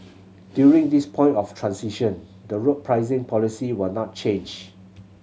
during this point of transition the road pricing policy will not change